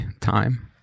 time